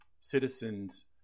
citizens